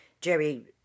Jerry